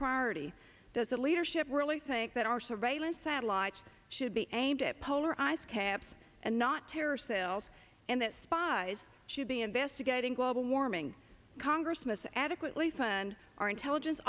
priority does the leadership really think that our surveillance satellites should be aimed at polar icecaps and not terrorist cells and that spies should be investigating global warming congress miss adequately fund our intelligence